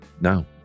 Now